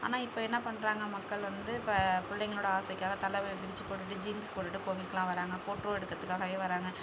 ஆனால் இப்போ என்ன பண்ணுறாங்க மக்கள் வந்து இப்போ பிள்ளைங்களோடய ஆசைக்காக தலையை விரித்து போட்டுவிட்டு ஜீன்ஸ் போட்டுட்டு கோவிலுக்கெல்லாம் வர்றாங்க போட்டோ எடுக்கிறதுக்காகவே வர்றாங்க